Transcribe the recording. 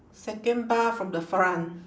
second bar from the front